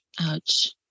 Ouch